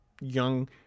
young